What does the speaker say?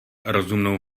rozumnou